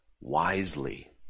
wisely